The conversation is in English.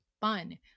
fun